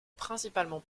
principalement